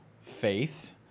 faith